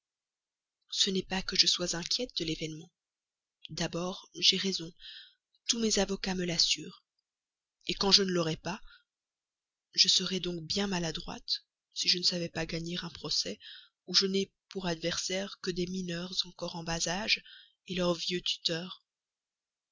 ce n'est pas que je sois inquiète de l'événement d'abord j'ai raison tous mes avocats me l'assurent et quand je ne l'aurais pas je serais donc bien maladroite si je ne savais pas gagner un procès où je n'ai pour adversaires que des mineures encore en bas âge leur vieux tuteur